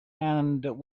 and